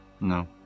No